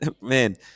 man